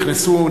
נכנסו,